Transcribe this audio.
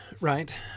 right